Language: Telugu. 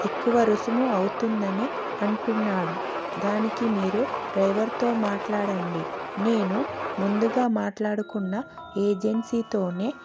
ఎక్కువ రుసుము అవుతుందని అంటున్నాడు దానికి మీరు డ్రైవర్తో మాట్లాడండి నేను ముందుగా మాట్లాడుకున్న ఏజెన్సీతోనే